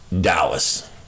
Dallas